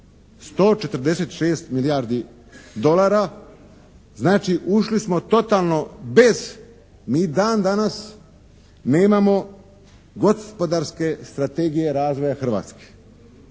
146 milijardi dolara. Znači ušli smo totalno bez, mi dan danas nemamo gospodarske strategije razvoja Hrvatske.